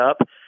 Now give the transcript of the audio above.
up